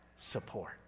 support